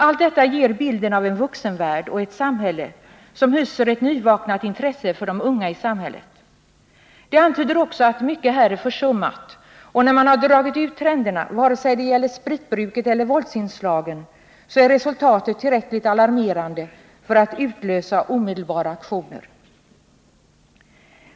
Allt detta ger bilden av en vuxenvärld och ett samhälle som hyser ett nyvaknat intresse för de unga i samhället. Det antyder också att mycket här är försummat. När man har dragit ut trenderna — vare sig det gäller spritbruket eller våldsinslagen — så är resultatet tillräckligt alarmerande för att utlösa omedelbara aktioner.